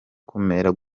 kumera